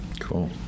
Cool